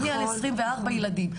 אני על עשרים וארבע ילדים.